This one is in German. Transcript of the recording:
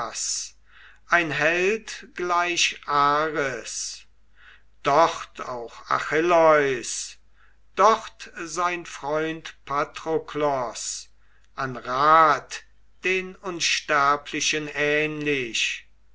ein held gleich ares dort auch achilleus dort sein freund patroklos an rat den unsterblichen ähnlich